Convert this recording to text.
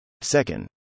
Second